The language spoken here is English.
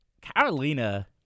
Carolina